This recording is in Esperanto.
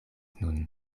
nun